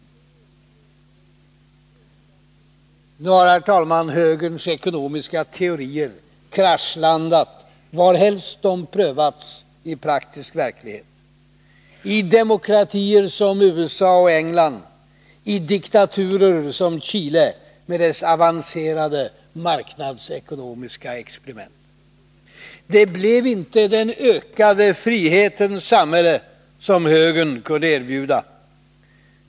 Nu har högerns ekonomiska teorier kraschlandat varhelst de prövats i praktisk verklighet, i demokratier som USA och England, i diktaturer som Chile med dess avancerade marknadsekonomiska experiment. Det blev inte den ökade frihetens samhälle som högern kunde erbjuda.